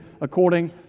according